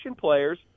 players